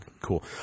cool